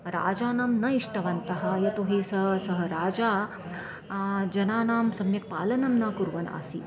राजानं न इष्टवन्तः यतो हि सः सः राजा जनानां सम्यक् पालनं न कुर्वन् आसीत्